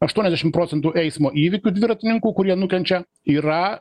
aštuoniasdešim procentų eismo įvykių dviratininkų kurie nukenčia yra